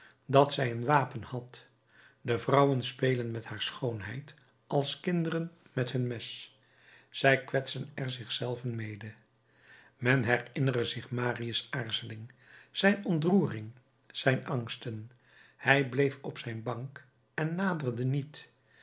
dat zij een wapen had de vrouwen spelen met haar schoonheid als kinderen met hun mes zij kwetsen er zich zelven mede men herinnere zich marius aarzeling zijn ontroering zijn angsten hij bleef op zijn bank en naderde niet